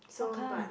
so but